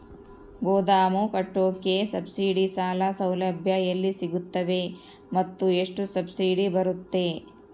ಗೋದಾಮು ಕಟ್ಟೋಕೆ ಸಬ್ಸಿಡಿ ಸಾಲ ಸೌಲಭ್ಯ ಎಲ್ಲಿ ಸಿಗುತ್ತವೆ ಮತ್ತು ಎಷ್ಟು ಸಬ್ಸಿಡಿ ಬರುತ್ತೆ?